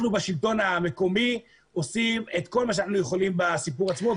אנחנו בשלטון המקומי עושים את כל מה שאנחנו יכולים בנושא עצמו.